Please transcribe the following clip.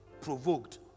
provoked